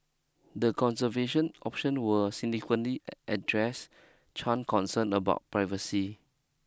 the conservation option were significantly address Chan concern about privacy